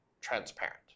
transparent